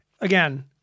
again